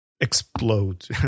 explode